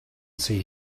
see